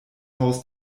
haus